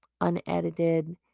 unedited